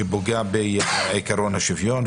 שהוא פוגע בעיקרון השוויון,